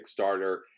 Kickstarter